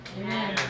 amen